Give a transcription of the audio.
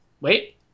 wait